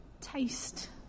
taste